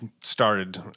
started